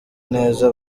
neza